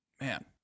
Man